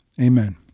amen